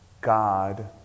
God